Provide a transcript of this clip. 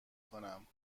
کنم